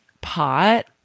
pot